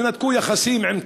תנתקו יחסים עם טורקיה,